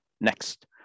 Next